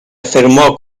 affermò